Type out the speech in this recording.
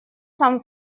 сам